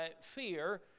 fear